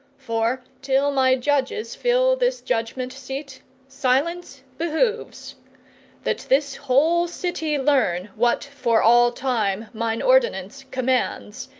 for, till my judges fill this judgment-seat, silence behoves that this whole city learn, what for all time mine ordinance commands,